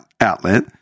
outlet